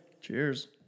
Cheers